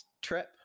trip